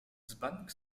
dzbanek